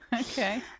Okay